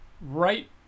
right